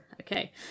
okay